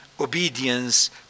obedience